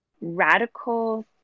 radical